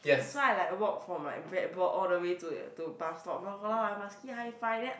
so I like walk from right Breadbox all the way to bus stop !walao! and then I must still hi five them